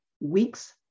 weeks